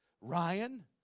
Ryan